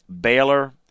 Baylor